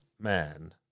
man